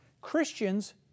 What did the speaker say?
Christians